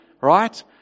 Right